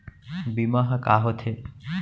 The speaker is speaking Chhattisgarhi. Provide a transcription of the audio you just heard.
बीमा ह का होथे?